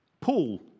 Paul